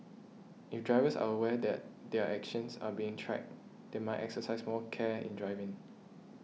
if drivers are aware that their actions are being tracked they might exercise more care in driving